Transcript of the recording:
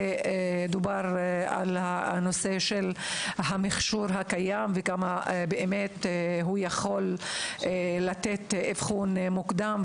דובר על המכשור הקיים ועד כמה הוא באמת יכול לתת אבחון מוקדם,